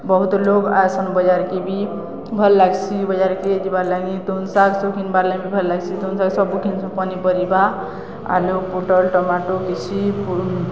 ବହୁତ୍ ଲୋକ୍ ଆଏସନ୍ ବଜାର୍କେ ବି ଭଲ୍ ଲାଗ୍ସି ବଜାର୍କେ ବି ଯିବାର୍ଲାଗି ତୁନ୍ ଶାଗ୍ ସବୁ ଘିନ୍ବାର୍ ଲାଗି ବି ଭଲ୍ ଲାଗ୍ସି ତୁନ୍ ଶାଗ୍ ସବୁ ଘିନ୍ସୁ ପନିପରିବା ଆଲୁ ପୁଟଲ୍ ଟମାଟୋ କିଛି